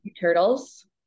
turtles